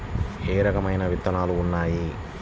ఏ రకమైన విత్తనాలు ఉన్నాయి?